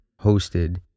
hosted